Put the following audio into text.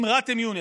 כרים ראתב יונס,